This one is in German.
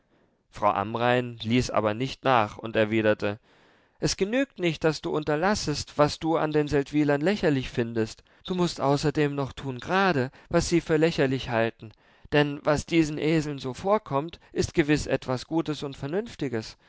frau amrain ließ aber nicht nach und erwiderte es genügt nicht daß du unterlassest was du an den seldwylern lächerlich findest du mußt außerdem noch tun grade was sie für lächerlich halten denn was diesen eseln so vorkommt ist gewiß etwas gutes und vernünftiges